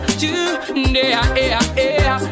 today